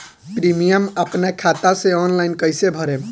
Premium अपना खाता से ऑनलाइन कईसे भरेम?